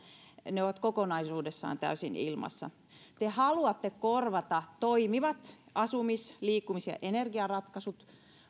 ne ovat kokonaisuudessaan täysin ilmassa te haluatte korvata toimivat asumis liikkumis ja energiaratkaisut